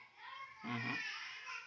mmhmm